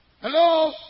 Hello